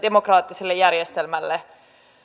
demokraattiselle järjestelmälle